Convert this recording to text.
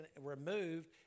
removed